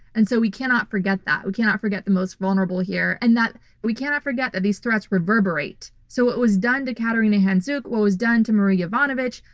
and so, we cannot forget that. we cannot forget the most vulnerable here and we cannot forget that these threats reverberate. so, what was done to kateryna handzyuk, what was done to marie yovanovitch,